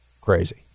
crazy